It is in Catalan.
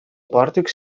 pòrtics